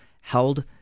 held